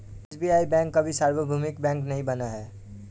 SBI bank अभी सार्वभौमिक bank नहीं बना है